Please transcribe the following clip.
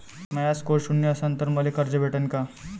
माया score शून्य असन तर मले कर्ज भेटन का?